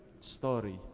story